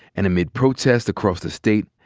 and amid protests across the state,